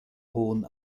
hohen